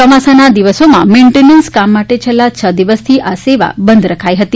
ચોમાસાના દિવસોમાં મેઇન્ટનન્સ કામ માટે છેલ્લાં છ દિવસથી આ સેવા બંધ રખાઈ હતી